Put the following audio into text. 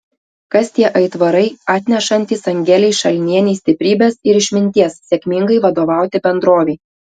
kas tie aitvarai atnešantys angelei šalnienei stiprybės ir išminties sėkmingai vadovauti bendrovei